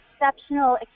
exceptional